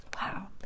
Wow